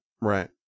Right